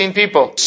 people